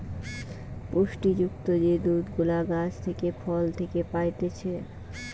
পুষ্টি যুক্ত যে দুধ গুলা গাছ থেকে, ফল থেকে পাইতেছে